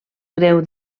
greu